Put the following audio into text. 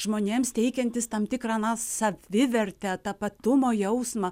žmonėms teikiantys tam tikrą na savivertę tapatumo jausmą